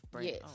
yes